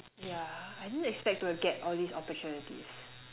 yeah I didn't expect to get all these opportunities